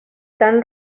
tan